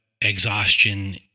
exhaustion